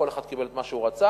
כל אחד קיבל את מה שהוא רצה,